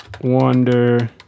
Wonder